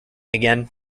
again